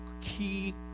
key